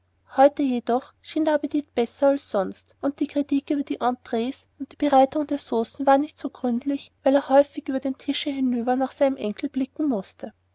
heute jedoch schien der appetit besser als sonst und die kritik über die entrees und die bereitung der saucen war nicht so gründlich weil er häufig über den tisch hinüber nach seinem enkel blicken mußte